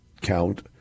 count